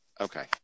Okay